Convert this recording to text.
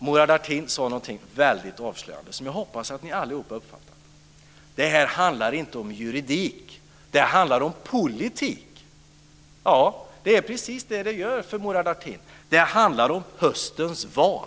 Murad Artin sade någonting väldigt avslöjande som jag hoppas att ni allihop uppfattade: Det här handlar inte om juridik utan det handlar om politik. Ja, det är precis det som det gör för Murad Artin. Det handlar om höstens val.